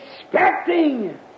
expecting